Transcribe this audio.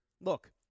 look